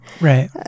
Right